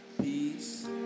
peace